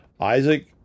Isaac